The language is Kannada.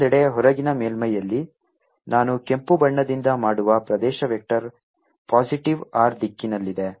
ಮತ್ತೊಂದೆಡೆ ಹೊರಗಿನ ಮೇಲ್ಮೈಯಲ್ಲಿ ನಾನು ಕೆಂಪು ಬಣ್ಣದಿಂದ ಮಾಡುವ ಪ್ರದೇಶ ವೆಕ್ಟರ್ ಪಾಸಿಟಿವ್ r ದಿಕ್ಕಿನಲ್ಲಿದೆ